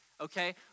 okay